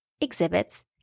exhibits